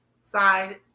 side